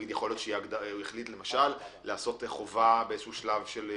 יכול להיות שהחליט למשל, לעשות חובה של יידוע.